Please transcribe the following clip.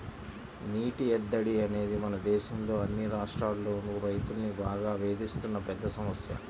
నీటి ఎద్దడి అనేది మన దేశంలో అన్ని రాష్ట్రాల్లోనూ రైతుల్ని బాగా వేధిస్తున్న పెద్ద సమస్య